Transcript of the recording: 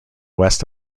west